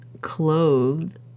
clothed